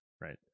right